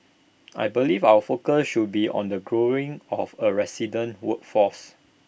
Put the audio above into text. I believe our focus should be on the growing of A resident workforce